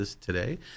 today